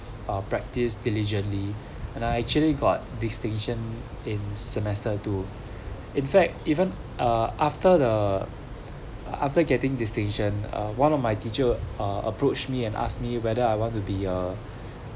uh practice diligently and I actually got distinction in semester two in fact even uh after the after getting distinction ah one of my teacher uh approached me and asked me whether I want to be a